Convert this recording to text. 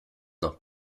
noch